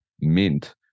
Mint